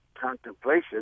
contemplation